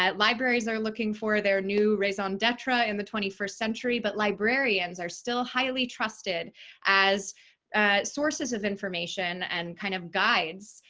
libraries are looking for their new raison d'etre in the twenty first century, but librarians are still highly trusted as sources of information and kind of guides.